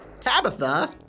Tabitha